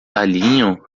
alinham